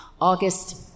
August